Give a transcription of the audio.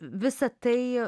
visą tai